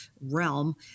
realm